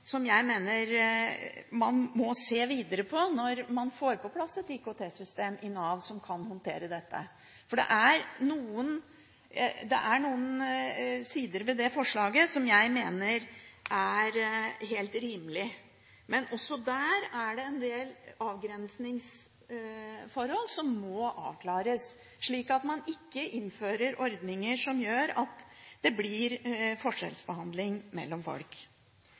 jeg mener man må se videre på når man får på plass et IKT-system i Nav som kan håndtere dette. For det er noen sider ved det forslaget som jeg mener er helt rimelige. Men også der er det en del avgrensningsforhold som må avklares, slik at man ikke innfører ordninger som gjør at det blir forskjellsbehandling av folk.